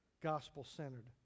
gospel-centered